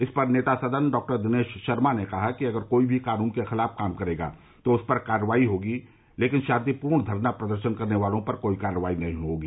इस पर नेता सदन डॉक्टर दिनेश शर्मा ने कहा कि अगर कोई भी कानून के खिलाफ काम करेगा तो उस पर कार्रवाई होगी लेकिन शातिपूर्वक धरना प्रदर्शन करने वालों पर कोई कार्रवाई नहीं होगी